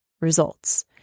results